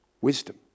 wisdom